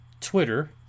Twitter